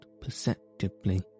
perceptibly